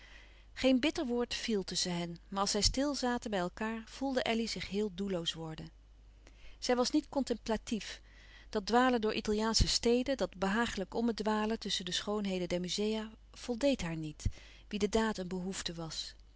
geen bitter woord vièl tusschen hen maar als zij stil zaten bij elkaâr voelde elly zich heel doelloos worden zij was niet contemplatief dat dwalen door italiaansche steden dat behagelijk ommedwalen tusschen de schoonheden der muzea voldeed haar niet wie de daad een behoefte was